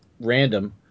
random